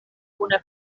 una